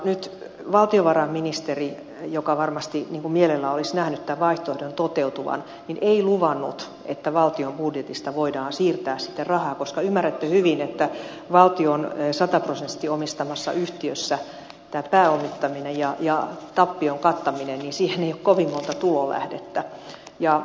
nyt valtiovarainministeri joka varmasti mielellään olisi nähnyt tämän vaihtoehdon toteutuvan ei luvannut että valtion budjetista voidaan siirtää sitä rahaa koska ymmärrätte hyvin että valtion sataprosenttisesti omistamassa yhtiössä tähän pääomittamiseen ja tappion kattamiseen ei ole kovin monta tulolähdettä